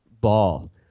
Ball